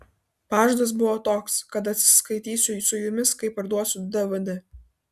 pažadas buvo toks kad atsiskaitysiu su jumis kai parduosiu dvd